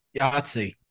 Yahtzee